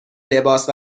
لباس